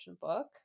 book